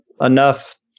enough